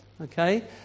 Okay